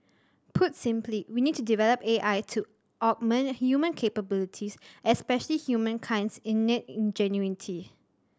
put simply we need to develop A I to augment human capabilities especially humankind's innate ingenuity